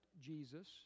Jesus